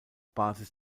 basis